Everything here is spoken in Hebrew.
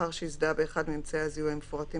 לאחר שהזדהה באחד מאצמעי הזיהוי המפורטים